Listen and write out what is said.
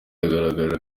yagaragaje